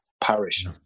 parish